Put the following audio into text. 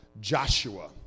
Joshua